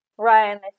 Ryan